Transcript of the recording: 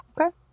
Okay